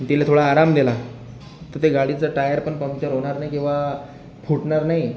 तिला थोडा आराम दिला तर ते गाडीचं टायर पण पंक्चर होणार नाही किंवा फुटणार नाही